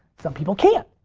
some people can't.